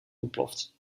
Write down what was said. ontploft